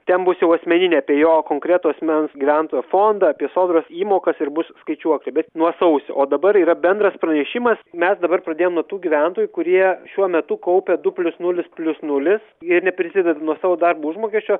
ten bus jau asmeninė apie jo konkretų asmens gyventojo fondą apie sodros įmokas ir bus skaičiuoklė bet nuo sausio o dabar yra bendras pranešimas mes dabar pradėjom nuo tų gyventojų kurie šiuo metu kaupia du plius nulis plius nulis jie neprisideda nuo savo darbo užmokesčio